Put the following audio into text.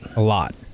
a lot.